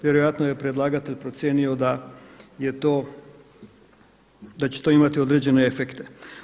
Vjerojatno je predlagatelj procijenio da je to, da će to imati određene efekte.